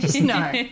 no